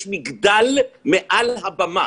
יש מגדל מעל הבמה.